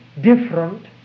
different